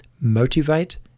motivate